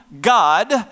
God